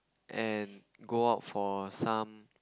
and go out for some